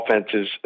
offenses